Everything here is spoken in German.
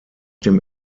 dem